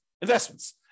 investments